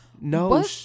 No